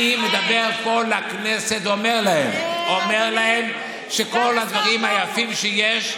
אני מדבר פה לכנסת ואומר שכל הדברים היפים שיש,